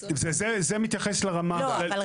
החשבון הוא לכל אדם ואדם.